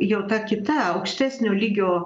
jau ta kita aukštesnio lygio